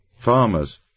farmers